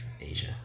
Asia